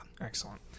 Excellent